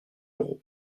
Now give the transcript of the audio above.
euros